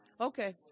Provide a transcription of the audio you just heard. Okay